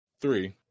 three